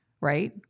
right